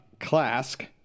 Clask